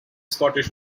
scottish